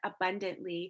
abundantly